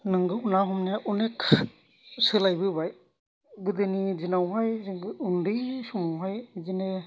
नोंगौ ना हमनाया अनेक सोलायबोबाय गोदोनि दिनावहाय जों ओन्दै समावहाय बिदिनो